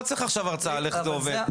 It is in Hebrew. לא צריך עכשיו הרצאה על איך זה עובד.